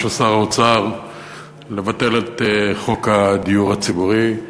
של שר האוצר לבטל את חוק הדיור הציבורי.